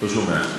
לא שומע.